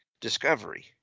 Discovery